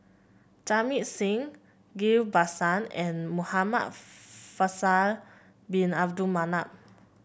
Jamit Singh Ghillie Basan and Muhamad Faisal Bin Abdul Manap